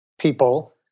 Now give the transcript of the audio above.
people